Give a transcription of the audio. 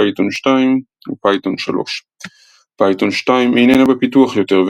פייתון 2 ופייתון 3. פייתון 2 איננה בפיתוח יותר,